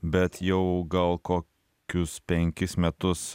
bet jau gal kokius penkis metus